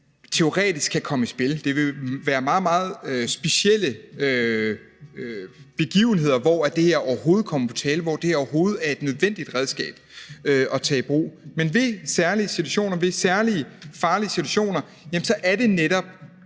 teoretisk kan komme i spil, og det vil jo være meget, meget specielle begivenheder, hvor det her overhovedet kommer på tale, og hvor det her overhovedet er et nødvendigt redskab at tage i brug. Men i særlige situationer, i særlig farlige situationer, er det netop,